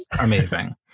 amazing